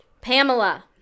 Pamela